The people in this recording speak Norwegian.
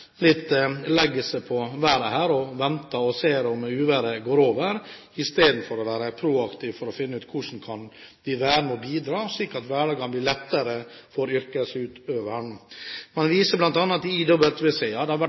venter og ser om uværet går over, istedenfor å være proaktiv for å finne ut hvordan vi kan være med og bidra, slik at hverdagen blir lettere for yrkesutøverne. Man viser bl.a. til IWC. Det har vært